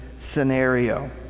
scenario